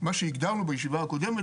מה שהגדרנו בישיבה הקודמת,